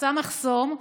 עושה מחסום,